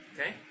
Okay